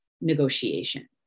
negotiation